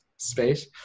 space